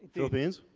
philippines?